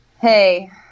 hey